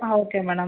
okay madam